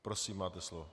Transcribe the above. Prosím, máte slovo.